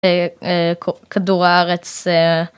כדור הארץ.